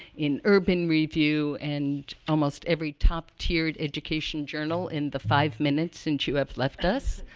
in urban review, and almost every top-tiered education journal in the five minutes since you have left us.